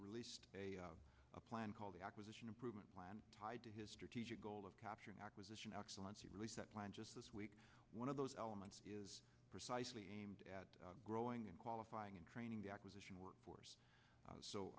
released a plan called the acquisition improvement plan tied to his strategic goal of capturing acquisition excellence you plan just this week one of those elements is precisely aimed at growing and qualifying and training the acquisition workforce so